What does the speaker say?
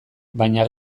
baina